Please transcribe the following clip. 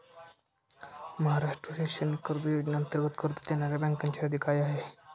महाराष्ट्र शैक्षणिक कर्ज योजनेअंतर्गत कर्ज देणाऱ्या बँकांची यादी काय आहे?